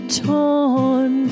torn